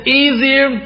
easier